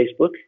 Facebook